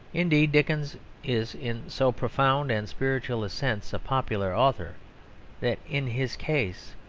indeed, dickens is in so profound and spiritual a sense a popular author that in his case,